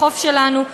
החוף שלנו,